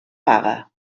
paga